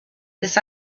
this